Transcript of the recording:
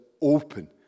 open